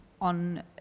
on